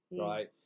right